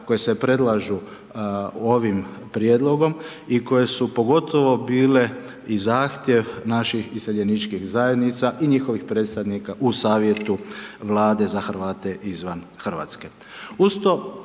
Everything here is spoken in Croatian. koje se predlažu ovim prijedlog i koje su pogotovo bile i zahtjev naših iseljeničkih zajednica i njihovih predstavnika u savjetu vlade za Hrvate izvan Hrvatske.